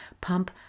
pump